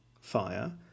fire